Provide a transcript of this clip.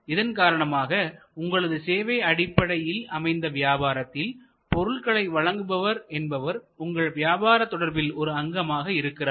இதன்காரணமாக உங்களது சேவை அடிப்படையில் அமைந்த வியாபாரத்தில் பொருட்களை வழங்குபவர் என்பவர் உங்கள் வியாபார தொடர்பில் ஒரு அங்கமாக இருக்கிறார்